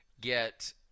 get